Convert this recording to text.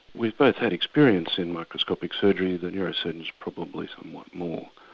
we've both had experience in microscopic surgery, the neurosurgeons probably somewhat more.